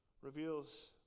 reveals